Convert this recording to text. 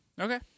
okay